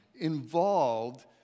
involved